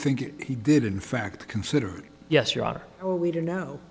think he did in fact consider yes your honor we don't know